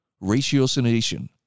ratiocination